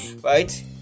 right